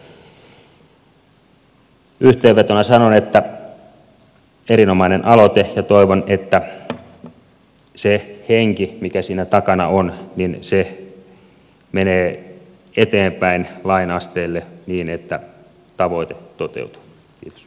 yhteenvetona sanon että erinomainen aloite ja toivon että se henki mikä siinä takana on menee eteenpäin lain asteelle niin että tavoite toteutuu